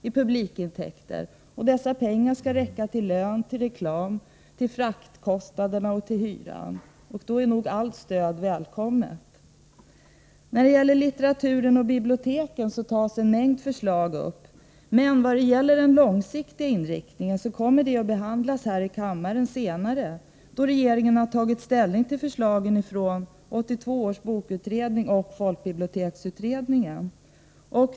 i publikintäkter, och dessa pengar skall räcka till lön, reklam, fraktkostnader och hyra — och då är nog allt stöd välkommet. När det gäller litteratur och bibliotek tas en mängd förslag upp. Men den långsiktiga inriktningen kommer att behandlas här i kammaren senare, då regeringen har tagit ställning till förslagen från 1982 års bokutredning och folkbiblioteksutredningen.